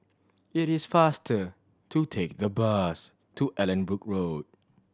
it is faster to take the bus to Allanbrooke Road